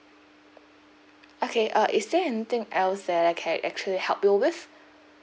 okay uh is there anything else that I can actually help you with